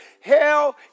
hell